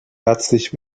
herzlich